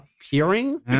appearing